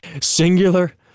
singular